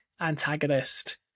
antagonist